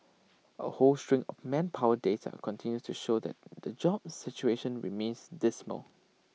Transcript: A whole string of manpower data continues to show that the jobs situation remains dismal